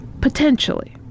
Potentially